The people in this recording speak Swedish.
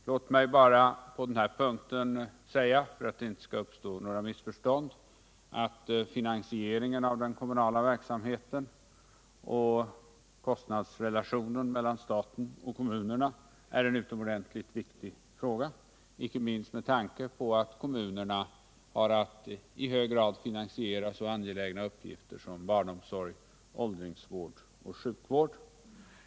Låt mig bara på denna punkt säga, för att det inte skall uppstå några missförstånd, att finansieringen av den kommunala verksamheten och kostnadsrelationen mellan staten och kommunerna är utomordentligt viktiga frågor, icke minst med tanke på att kommunerna har att i hög grad finansiera så angelägna uppgifter som barnomsorg, åldringsvård och sjukvård.